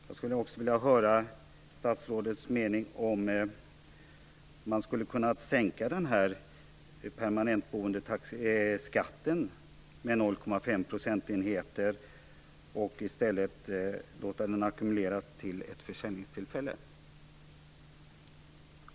Jag skulle också vilja höra statsrådets mening om att man skulle sänka permanentboendeskatten med 0,5 procentenheter och i stället låta den ackumuleras till ett försäljningstillfälle.